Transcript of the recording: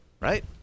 right